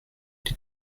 die